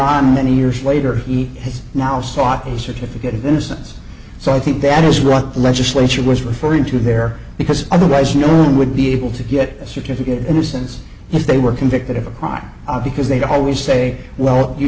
years later he has now sought a certificate of innocence so i think that is what the legislature was referring to there because otherwise no one would be able to get a certificate of innocence if they were convicted of a crime because they'd always say well you